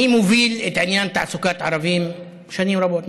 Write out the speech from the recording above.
אני מוביל את העניין של תעסוקת ערבים שנים רבות,